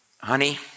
Honey